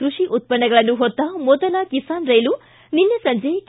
ಕೃಷಿ ಉತ್ಪನ್ನಗಳನ್ನು ಹೊತ್ತ ಮೊದಲ ಕಿಸಾನ್ ರೈಲು ನಿನ್ನೆ ಸಂಜೆ ಕೆ